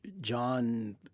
John